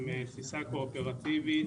עם תפיסה קואופרטיבית.